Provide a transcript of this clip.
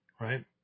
Right